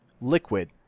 Liquid